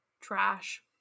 Trash